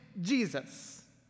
Jesus